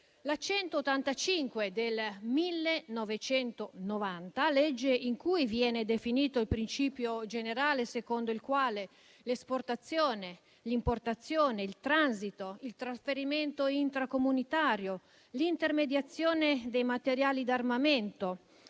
n. 185 del 1990 è stato definito il principio generale secondo il quale l'esportazione, l'importazione, il transito, il trasferimento intracomunitario, l'intermediazione dei materiali d'armamento,